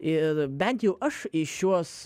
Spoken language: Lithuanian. ir bent jų aš į šiuos